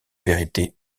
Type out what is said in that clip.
vérité